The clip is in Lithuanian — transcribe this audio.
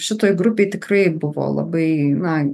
šitoj grupėj tikrai buvo labai na